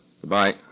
Goodbye